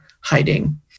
hiding